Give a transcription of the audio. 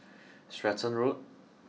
Stratton Road